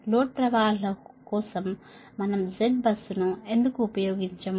load ప్రవాహాల కోసం మనం z బస్సును ఎందుకు ఉపయోగించము